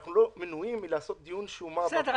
אנחנו לא מנועים מלקיים דיון --- בסדר,